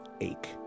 ache